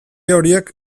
horiek